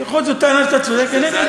יכול להיות שזאת טענה שאתה צודק בה.